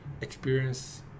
experience